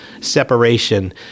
Separation